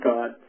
God